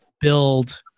build